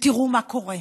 ותראו מה קורה.